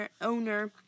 owner